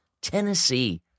Tennessee